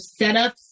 setups